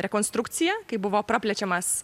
rekonstrukcija kai buvo praplečiamas